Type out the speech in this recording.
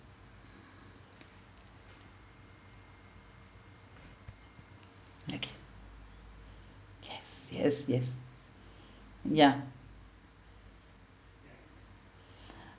okay yes yes yes ya